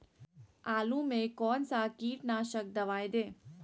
आलू में कौन सा कीटनाशक दवाएं दे?